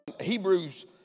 Hebrews